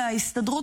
להודיעכם,